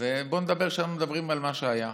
אז בוא נדבר על מה שהיה.